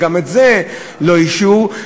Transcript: וגם את זה לא אישרו,